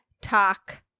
talk